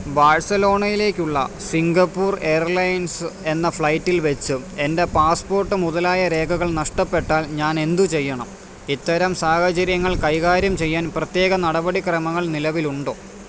ബാഴ്സലോണേലേക്കുള്ള Singapore airlines എന്ന ഫ്ലൈറ്റിൽ വെച്ചും എൻ്റെ പാസ്പോർട്ട് മുതലായ രേഖകൾ നഷ്ടപ്പെട്ടാൽ ഞാൻ എന്ത് ചെയ്യണം ഇത്തരം സാഹചര്യങ്ങൾ കൈകാര്യം ചെയ്യാൻ പ്രത്യേക നടപടിക്രമങ്ങൾ നിലവിലുണ്ടോ